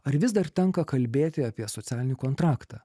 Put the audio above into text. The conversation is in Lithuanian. ar vis dar tenka kalbėti apie socialinį kontraktą